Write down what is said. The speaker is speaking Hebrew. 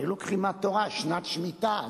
היו לוקחים מהתורה שנת שמיטה,